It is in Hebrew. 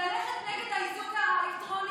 ללכת נגד האיזוק האלקטרוני?